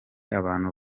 abantu